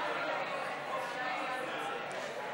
חמד עמאר,